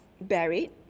buried